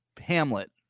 Hamlet